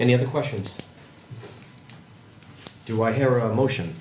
any other questions do i hear a motion